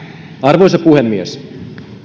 arvoisa puhemies